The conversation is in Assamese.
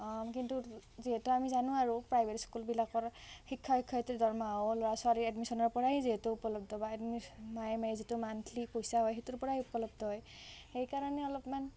কিন্তু যিহেতু আমি জানো আৰু প্ৰাইভেট স্কুলবিলাকৰ শিক্ষক শিক্ষয়ত্ৰীৰ দৰমহাও ল'ৰা ছোৱালীৰ এডমিশ্যনৰ পৰাই যিহেতু উপলব্ধ বা এডমিশ্য় মাহে মাহে যিটো মান্থলি পইচা হয় সেইটোৰ পৰাই উপলব্ধ হয় সেইকাৰণে অলপমান